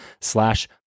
slash